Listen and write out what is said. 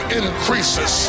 increases